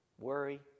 Worry